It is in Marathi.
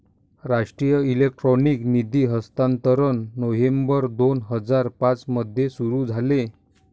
राष्ट्रीय इलेक्ट्रॉनिक निधी हस्तांतरण नोव्हेंबर दोन हजार पाँच मध्ये सुरू झाले